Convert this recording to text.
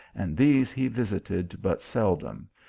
and these he visited but seldom,